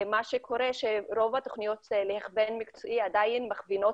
מה שקורה זה שרוב התוכניות להכוון מקצועי עדיין מכווינות